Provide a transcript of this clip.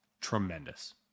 tremendous